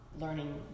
learning